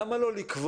למה לא לקבוע,